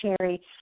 Sherry